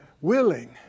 willing